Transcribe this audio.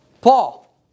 Paul